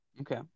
Okay